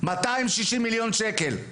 260 מיליון ₪.